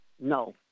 No